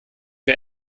wir